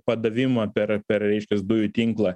padavimą per per reiškias dujų tinklą